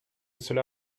cela